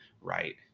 right